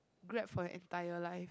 Grab for your entire life